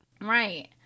right